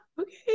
okay